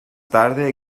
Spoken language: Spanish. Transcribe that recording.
tarde